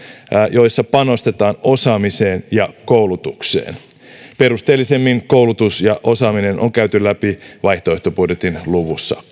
joissa panostetaan osaamiseen ja koulutukseen perusteellisemmin koulutus ja osaaminen on käyty läpi vaihtoehtobudjetin luvussa